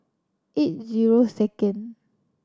eight zero second